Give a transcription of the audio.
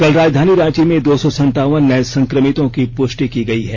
कल राजधानी रांची में दो सौ संतावन नये संक्रमितों की पुष्टि की गयी है